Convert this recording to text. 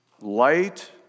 light